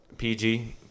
PG